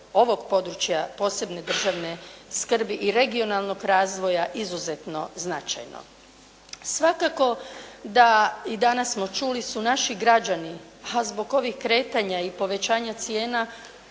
ovog područja posebne državne skrbi i regionalnog razvoja izuzetno značajno. Svakako da i danas smo čuli su naši građani, a zbog ovih kretanja i povećanja cijena